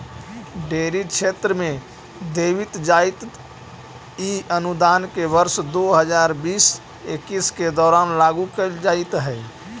dairy क्षेत्र में देवित जाइत इ अनुदान के वर्ष दो हज़ार बीस इक्कीस के दौरान लागू कैल जाइत हइ